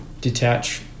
detach